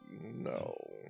No